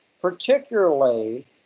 particularly